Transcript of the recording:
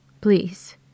Please